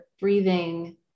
breathing